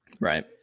Right